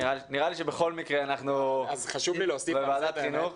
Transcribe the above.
בכל מקרה, אנחנו בוועדת חינוך.